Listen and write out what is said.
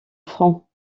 front